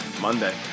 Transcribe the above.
Monday